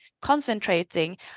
concentrating